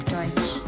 Deutsch